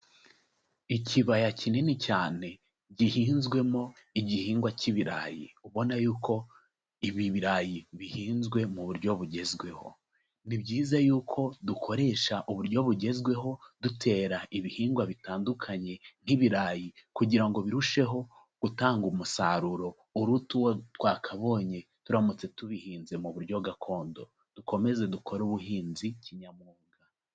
Ikibaya kinini cyane gihinzwemo igihingwa cy'ibirayi, ubona yuko ibi birarayi bihinzwe mu buryo bugezweho. Ni byiza yuko dukoresha uburyo bugezweho dutera ibihingwa bitandukanye nk'ibirayi kugira ngo birusheho gutanga umusaruro uruta uwo twakabonye turamutse tubihinze mu buryo gakondo. Dukomeze dukore ubuhinzi kinyamwuga.